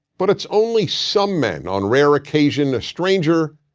but it's only some men on rare occasion a stranger,